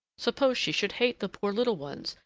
suppose she should hate the poor little ones,